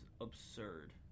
absurd